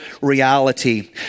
reality